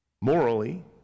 morally